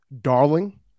darling